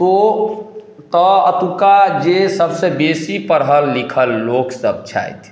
तऽ ओ तऽ अतुका जे सबसँ बेसी पढ़ल लिखल लोक सब छथि